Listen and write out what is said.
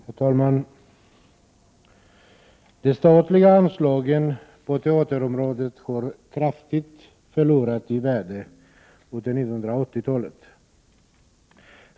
Herr talman! De statliga anslagen på teaterområdet har förlorat kraftigt i värde under 1980-talet.